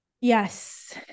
Yes